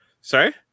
Sorry